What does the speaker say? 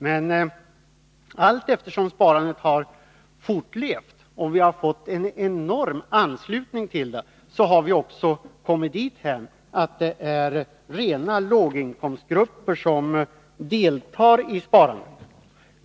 Men allteftersom sparandet har fortlevt och vi har fått en enorm anslutning till det, har vi också kommit dithän att det är rena låginkomstgrupper som deltar i sparandet.